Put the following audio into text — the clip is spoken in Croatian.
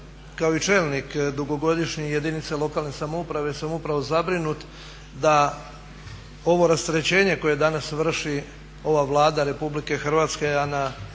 kao i čelnik dugogodišnje jedinice lokalne samouprave sam upravo zabrinut da ovo rasterećenje koje danas vrši ova Vlada Republike Hrvatske,